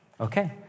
Okay